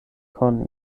koni